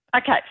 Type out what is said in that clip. Okay